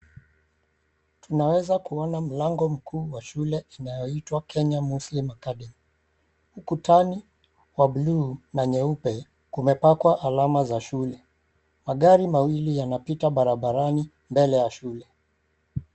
Tunaweza kuona mlango mkubwa wa shule inayoitwa Kenya Muslim Academy. Ukuta ni wa bluu na nyeupe kumepakwa alama za shule. Magari mawili yanapita barabarani mbele ya shule.